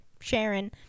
Sharon